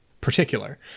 particular